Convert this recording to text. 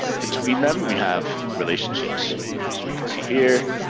um between them we have relationships. so we can see here,